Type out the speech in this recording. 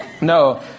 No